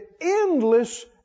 endless